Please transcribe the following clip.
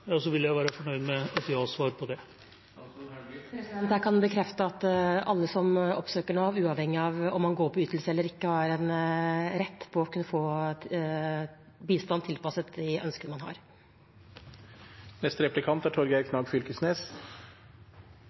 vil jeg være fornøyd med et ja-svar på det. Jeg kan bekrefte at alle som oppsøker Nav, uavhengig av om man går på ytelse eller ikke, har rett til å kunne få bistand tilpasset de ønskene man har.